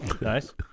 nice